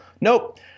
Nope